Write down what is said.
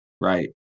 right